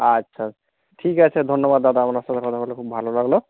আচ্ছা ঠিক আছে ধন্যবাদ দাদা আপনার সাথে কথা বলে খুব ভালো লাগল